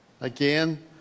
Again